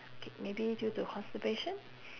K maybe due to constipation